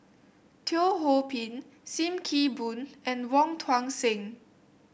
Teo Ho Pin Sim Kee Boon and Wong Tuang Seng